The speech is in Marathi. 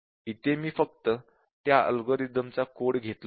इथे मी फक्त त्या अल्गोरिदम कोड घेतला आहे